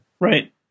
Right